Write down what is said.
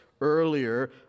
earlier